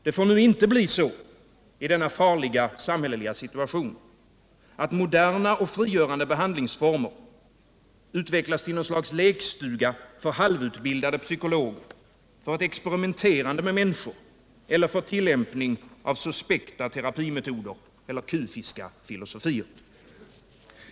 Det får inte bli så i denna farliga samhälleliga situation att moderna och frigörande behandlingsformer utvecklas till ett slags lekstuga för halvutbildade psykologer, för ett experimenterande med människor, eller för tillämpning av suspekta terapimetoder eller kufiska filosofier.